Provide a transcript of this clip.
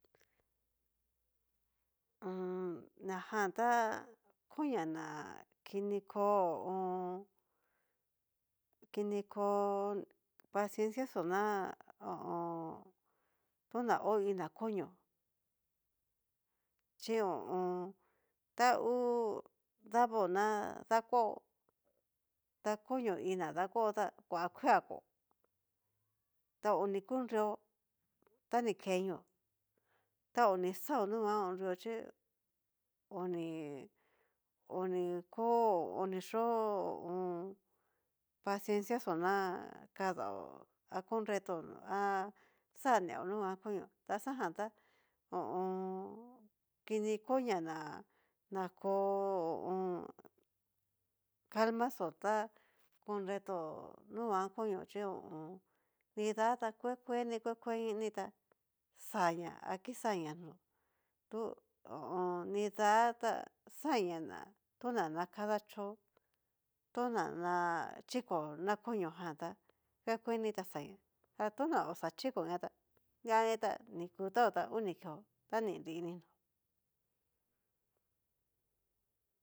Mmm kajan ta konía na kini kó ho o on. kini kó paciencía xó na ho o on. tona hóiin na konio chí ta hú davó ná dakuaó, ta konio iin na dakuaó ta kua kueá kó, ta hó ni kunreo ta ni kenío, ta ho ni xao nunguan konrió xhí oni oni kó oni xó ho o on. paciencia xó na kadaó a konretó a xaneó nunguan konió ta xa ján ta ho o on kini konía ná na ko ho o on. calma xó tá konreto nunguan konió chí ho o on. dina ta kue kueni kue kueni tá xaña a kixaña nó'o, tu ho o on. nidá ta xañá na toná na kadachó, to nana chiko na konio jan ta kue kueni ta xañá ta no ná ocha xhiko ña tá liani ta ni kutaó ta ngu ni keo ta ni nrini nó'o.